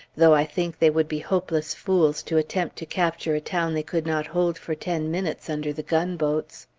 though i think they would be hopeless fools to attempt to capture a town they could not hold for ten minutes under the gunboats.